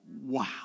Wow